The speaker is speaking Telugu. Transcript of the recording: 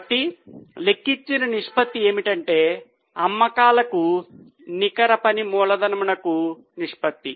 కాబట్టి లెక్కించిన నిష్పత్తి ఏమిటంటే అమ్మకాలకు నికర పని మూలధనంకు నిష్పత్తి